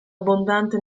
abbondante